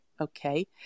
okay